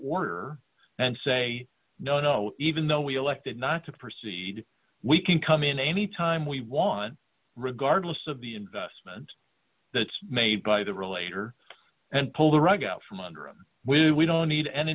order and say no no even though we elected not to proceed we can come in anytime we want regardless of the investment that's made by the relator and pull the rug out from under him when we don't need and